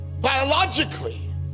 Biologically